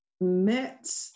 met